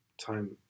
time